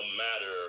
matter